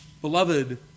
Beloved